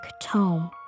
Tome